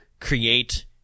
create